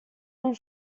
non